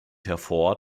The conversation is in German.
hervor